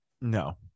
No